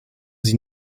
sie